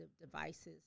devices